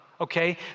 okay